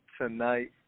tonight